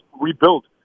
rebuild